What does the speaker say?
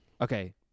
okay